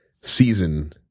season